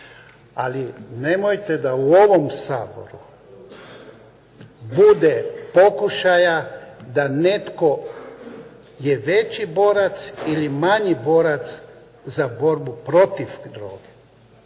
ali nemojte da u ovom Saboru bude pokušaja da netko je veći borac ili manji borac za borbu protiv droge.